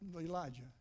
Elijah